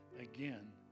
again